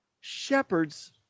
Shepherds